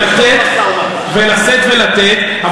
לשאת ולתת ולשאת ולתת.